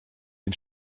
den